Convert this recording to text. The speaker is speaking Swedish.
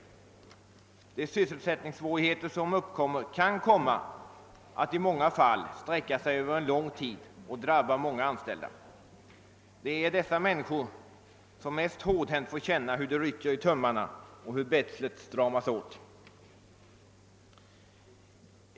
De sysselsättningssvårigheter som uppkommer kan i många fall sträcka sig över lång tid och drabba många anställda. Det är dessa människor som mest hårdhänt får känna hur det rycker i tömmarna och hur betslet stramas åt.